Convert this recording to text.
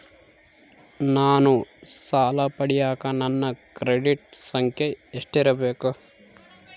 ನಾನು ಸಾಲ ಪಡಿಯಕ ನನ್ನ ಕ್ರೆಡಿಟ್ ಸಂಖ್ಯೆ ಎಷ್ಟಿರಬೇಕು?